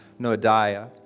Noadiah